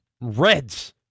Reds